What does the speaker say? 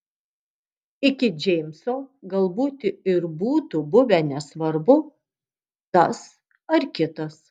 iki džeimso galbūt ir būtų buvę nesvarbu tas ar kitas